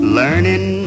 learning